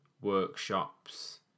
workshops